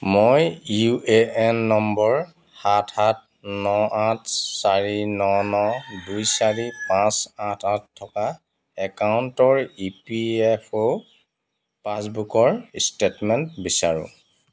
মই U A N number সাত সাত ন আঠ চাৰি ন ন দুই চাৰি পাঁচ আঠ আঠ থকা একাউণ্টৰ ই পি এফ অ' পাছবুকৰ ষ্টে'টমেণ্ট বিচাৰোঁ